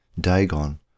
Dagon